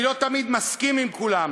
אני לא תמיד מסכים עם כולם,